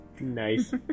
nice